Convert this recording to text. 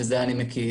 שאת זה אני מכיר,